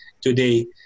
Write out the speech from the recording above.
today